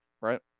Right